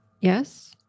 Yes